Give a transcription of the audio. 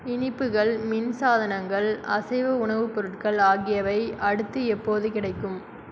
இனிப்புகள் மின் சாதனங்கள் அசைவ உணவுப் பொருட்கள் ஆகியவை அடுத்து எப்போது கிடைக்கும்